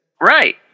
right